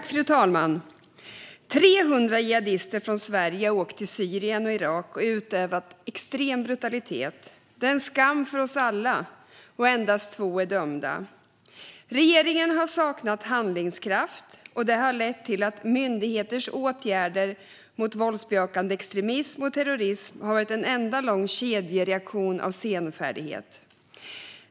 Fru talman! Det är 300 jihadister från Sverige som har åkt till Syrien och Irak och utövat extrem brutalitet. Det är en skam för oss alla, och endast två är dömda. Regeringen har saknat handlingskraft. Det har lett till att myndigheters åtgärder mot våldsbejakande extremism och terrorism har varit en enda lång kedjereaktion av senfärdighet.